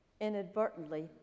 inadvertently